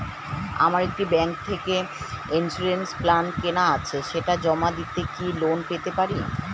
আমার একটি ব্যাংক থেকে ইন্সুরেন্স প্ল্যান কেনা আছে সেটা জমা দিয়ে কি লোন পেতে পারি?